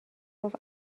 گفت